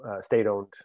state-owned